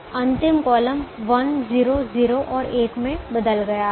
अंतिम कॉलम 1 0 0 और 1 में बदल गया है